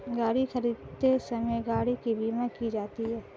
गाड़ी खरीदते समय गाड़ी की बीमा की जाती है